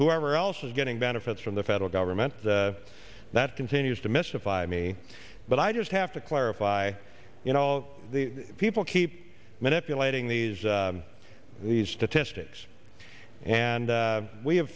whoever else is getting benefits from the federal government that continues to mystify me but i just have to clarify you know all the people keep manipulating these these statistics and we have